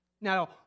now